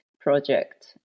project